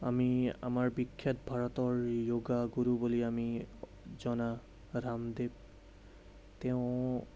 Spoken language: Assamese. আমি আমাৰ বিখ্যাত ভাৰতৰ এই য়োগা গুৰু বুলি আমি জনা ৰামদেৱ তেওঁ